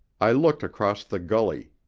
i looked across the gully.